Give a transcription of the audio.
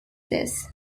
this